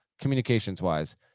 communications-wise